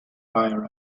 via